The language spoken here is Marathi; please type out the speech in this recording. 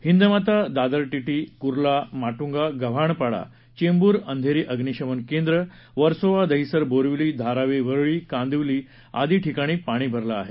हिंदमाता दादर टिटी कुर्ला माटुंगा गव्हाणपाडा चेंब्रअंधेरी अग्निशमन केंद्र वर्सोवा दहिसर बोरिवली धारावी वरळी कांदिवली आदी ठिकाणी पाणी भरलं आहे